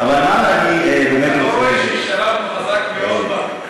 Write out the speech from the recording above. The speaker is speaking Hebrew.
אתה לא רואה שהשתלבנו חזק מאוד,